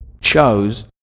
chose